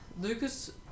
Lucas